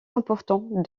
important